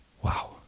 Wow